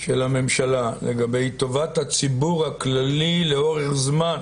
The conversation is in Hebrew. של הממשלה לגבי טובת הציבור הכללי לאורך זמן